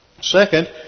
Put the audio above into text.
Second